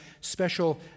special